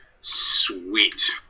sweet